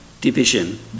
division